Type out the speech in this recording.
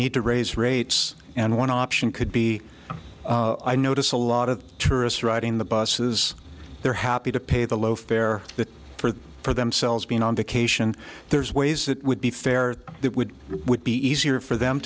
need to raise rates and one option could be i notice a lot of tourists riding the buses they're happy to pay the low fare that for for themselves being on vacation there's ways that would be fair that would would be easier for them